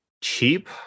cheap